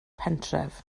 pentref